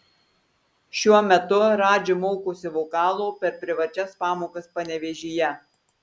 šiuo metu radži mokosi vokalo per privačias pamokas panevėžyje